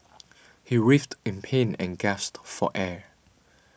he writhed in pain and gasped for air